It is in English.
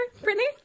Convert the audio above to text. Brittany